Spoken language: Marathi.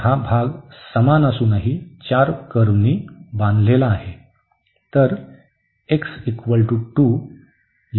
तर हा भाग समान असूनही चार कर्व्हनी बांधलेला रिजन आहे